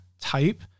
type